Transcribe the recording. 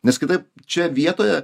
nes kitaip čia vietoje